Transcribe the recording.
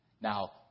Now